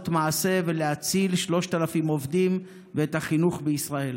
מעשה ולהציל 3,000 עובדים ואת החינוך בישראל.